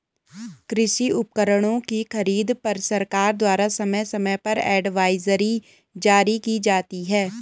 कृषि उपकरणों की खरीद पर सरकार द्वारा समय समय पर एडवाइजरी जारी की जाती है